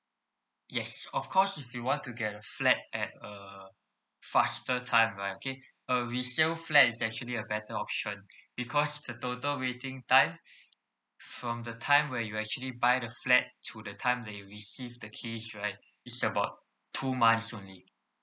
yes of course if you want to get a flat at a faster time right okay a resale flat is actually a better option because the total waiting time from the time where you actually buy the flat to the time that you receive the keys right it's about two months only